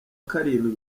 karindwi